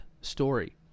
story